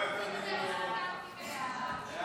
ההצעה להעביר את